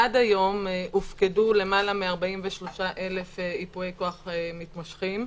עד היום הופקדו יותר מ-43,000 ייפויי כוח מתמשכים.